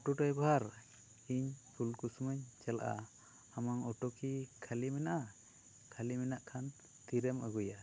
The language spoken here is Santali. ᱚᱴᱚ ᱰᱟᱭᱵᱷᱟᱨ ᱤᱧ ᱯᱷᱩᱞᱠᱩᱥᱢᱟᱧ ᱪᱟᱞᱟᱜᱼᱟ ᱟᱢᱟᱜ ᱚᱴᱚ ᱠᱤ ᱠᱷᱟᱹᱞᱤ ᱢᱮᱱᱟᱜᱼᱟ ᱠᱷᱟᱹᱞᱤ ᱢᱮᱱᱟᱜ ᱠᱷᱟᱱ ᱛᱤᱨᱮᱢ ᱟᱜᱩᱭᱟ